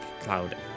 Cloud